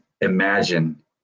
imagine